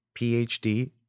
PhD